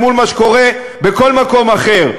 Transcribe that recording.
אל מול מה שקורה בכל מקום אחר.